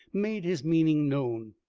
made his meaning known,